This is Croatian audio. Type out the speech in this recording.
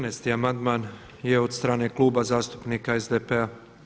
14. amandman je od strane Kluba zastupnika SDP-a.